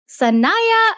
Sanaya